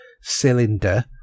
cylinder